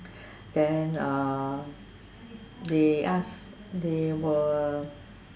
then uh they ask they were